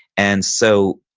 and so,